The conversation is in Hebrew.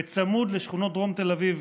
צמוד לשכונות דרום תל אביב